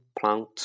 plant